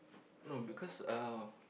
no because uh